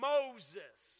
Moses